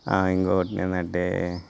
ఇంకొకటి ఏందంటే